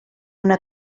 una